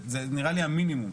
זה נראה לי המינימום.